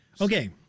Okay